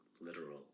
literal